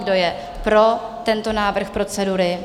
Kdo je pro tento návrh procedury?